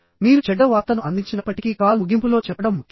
మీరు చెడ్డ వార్తను అందించినప్పటికీ కాల్ ముగింపులో చెప్పడం ముఖ్యం